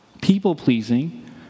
People-pleasing